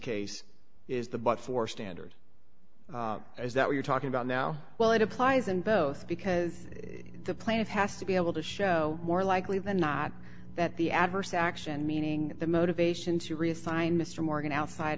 case is the but for standard is that we're talking about now well it applies in both because the planet has to be able to show more likely than not that the adverse action meaning the motivation to reassign mr morgan outside